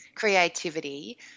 creativity